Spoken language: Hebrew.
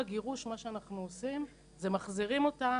מה שאנחנו עושים בגירוש הוא שאנחנו מחזירים אותה